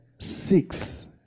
six